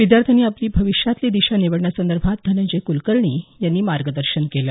विद्यार्थ्यांनी आपली भविष्यातली दिशा निवडण्यासंदर्भात धनंजय कुलकर्णी यांनी मार्गदर्शन केलं